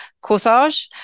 Corsage